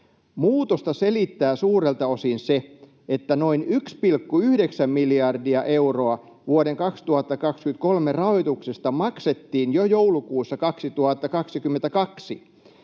Muutosta selittää suurelta osin se, että noin 1,9 miljardia euroa vuoden 2023 rahoituksesta maksettiin jo joulukuussa 2022.